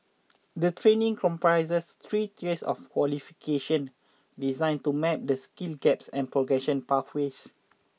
the training comprises three tiers of qualification designed to map the skills gaps and progression pathways